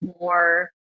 more